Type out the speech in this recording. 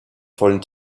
vollen